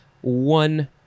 one